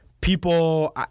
people